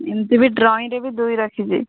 ଏମିତି ବି ଡ୍ରଇଂରେ ବି ଦୁଇ ରଖିଛି